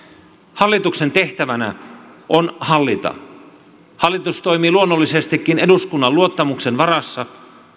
hallituksen tehtävänä on hallita hallitus toimii luonnollisestikin eduskunnan luottamuksen varassa